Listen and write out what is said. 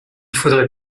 faudrait